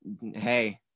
hey